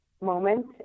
moment